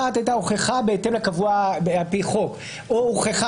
אחת יכלה לומר הוכחה בהתאם לקבוע על פי חוק או הוכחה,